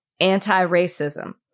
anti-racism